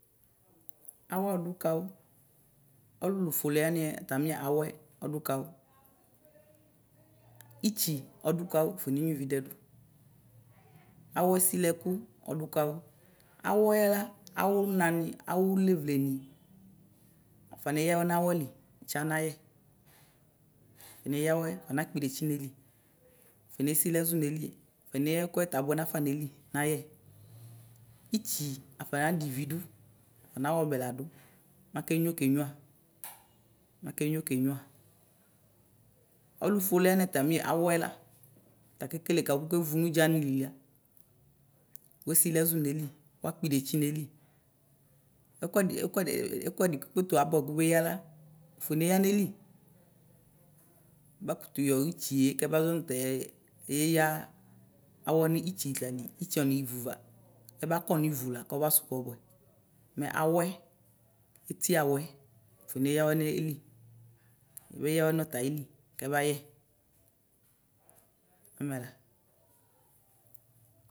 Awʋ ɔlʋ kawʋ ɔlʋlʋ fʋele wani atami awɛ ɔdʋkawʋ itsi ɔdʋ kawʋ wʋafɔnenyo ivi dɛdʋ awɛ sili ɛkʋ ɔdu kawʋ awɛla awʋ nani awʋ levleni afɔneya awɛ nʋ awɛli tsa nayɛ aneya awɛ anakpidetsi nayili anesili ɛzʋ nayili ɔneya ɛkʋɛ ta abʋɛ nafa nayili itsi afaya dɛ ivi dʋ anaxɔbɛ ladʋ mɛ akenyo kenyua kenyua ɔlʋfʋele wani atami awɛ la akekele kawʋ kʋ ʋkevʋ nʋ udza nilila wesili ɛzʋ neli wakpiditsi neli ɛkʋɛdi ɛkʋɛdi kpekpe tʋ abʋɛ wʋ kʋbeyala ʋfɔneya neli ʋbakʋtʋ yɔ ʋtsie kɛbazɔ nʋtɛya awɛ nitsi tani isti ɔnihivʋva ɛbakɔ nivʋla kɔbasu kɔbʋɛ mɛ awɛ etiawɛ ʋfɔneya awɛ neli ɛbeya awɛ nɔta ayili kɛbayɛ amɛla.